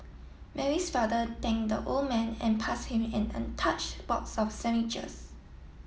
Mary's father thank the old man and pass him an untouched box of sandwiches